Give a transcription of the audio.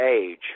age